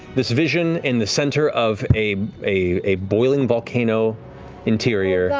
this vision in the center of a a boiling volcano interior.